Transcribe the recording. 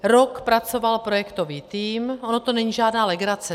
Rok pracoval projektový tým, ono to není žádná legrace.